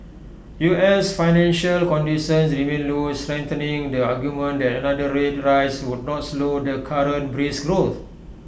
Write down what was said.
U S financial conditions remain loose strengthening the argument that another rate rise would not slow the current brisk growth